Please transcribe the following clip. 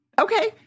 Okay